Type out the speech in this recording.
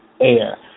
air